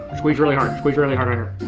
squeeze really hard. squeeze really hard right